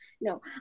no